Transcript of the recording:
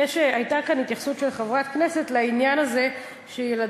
הייתה כאן התייחסות של חברי הכנסת לעניין הזה שילדים